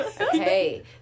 Okay